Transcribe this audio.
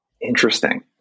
Interesting